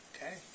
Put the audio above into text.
Okay